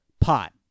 pot